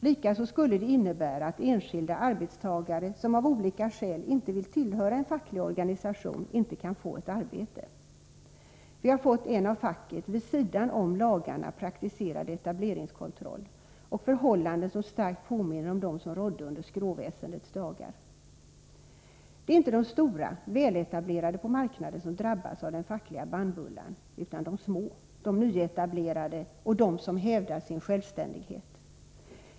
Likaså skulle det innebära att enskilda arbetstagare som av olika skäl inte vill tillhöra en facklig organisation inte kan få något arbete. Vi har fått en av facket, vid sidan om lagarna, praktiserad etableringskontroll och förhållanden som starkt påminner om dem som rådde under skråväsendets dagar. Det är inte de stora, väletablerade på marknaden som drabbas av den fackliga bannbullan, utan de små, de nyetablerade och de som hävdar sin självständighet.